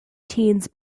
teens